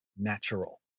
natural